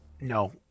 No